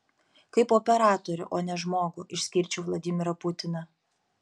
kaip operatorių o ne žmogų išskirčiau vladimirą putiną